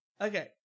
Okay